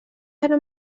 heno